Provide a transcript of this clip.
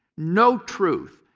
no truth,